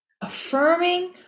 Affirming